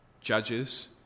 Judges